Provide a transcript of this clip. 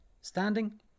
Standing